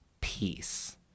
peace